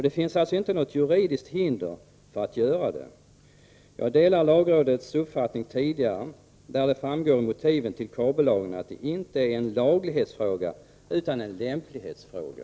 Det finns inte något juridiskt hinder för att åstadkomma en lagstiftning. Jag delar lagrådets tidigare uppfattning att detta inte är en laglighetsfråga utan en lämplighetsfråga.